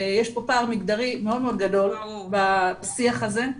יש פה פער מגדרי מאוד גדול בשיח הזה.